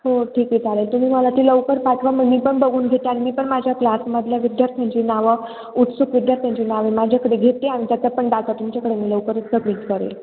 हो ठीक आहे चालेल तुम्ही मला ती लवकर पाठवा मग मी पण बघून घेते न मी पण माझ्या क्लासमधल्या विद्यार्थ्यांची नावं उत्सुक विद्यार्थ्यांची नावे माझ्याकडे घेते आणि त्याच्यात पण तुमच्याकडे मी लवकर सबमीट करेल